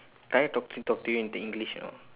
can I talk to talk to you in t~ English or not